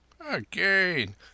Again